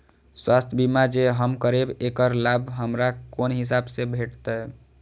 स्वास्थ्य बीमा जे हम करेब ऐकर लाभ हमरा कोन हिसाब से भेटतै?